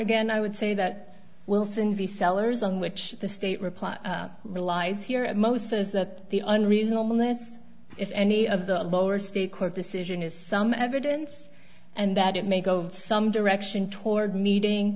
again i would say that wilson v sellers on which the state reply relies here at most is that the unreasonable list if any of the lower state court decision is some evidence and that it may go some direction toward meeting